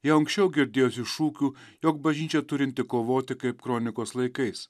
jau anksčiau girdėjosi šūkių jog bažnyčia turinti kovoti kaip kronikos laikais